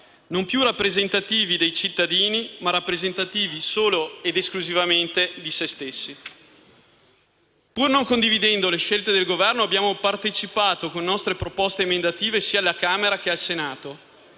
più rappresentativi dei cittadini, ma solo ed esclusivamente di se stessi. Pur non condividendo le scelte del Governo, abbiamo partecipato con nostre proposte emendative sia alla Camera dei deputati